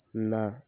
ନା